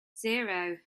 zero